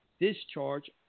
discharge